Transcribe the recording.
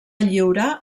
lliurar